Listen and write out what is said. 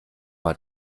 mal